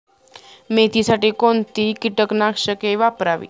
मेथीसाठी कोणती कीटकनाशके वापरावी?